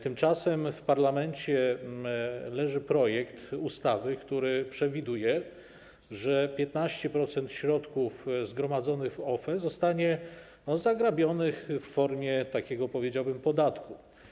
Tymczasem w parlamencie leży projekt ustawy, który przewiduje, że 15% środków zgromadzonych w OFE zostanie zagrabionych w formie takiego, powiedziałbym, podatku.